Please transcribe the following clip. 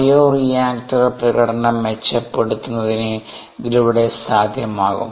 bioreactor പ്രകടനം മെച്ചപ്പെടുത്തുന്നതിന് ഇതിലൂടെ സാധ്യമാകും